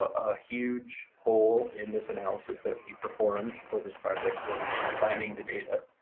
a huge hole in this analysis that we performed for this project was finding the data.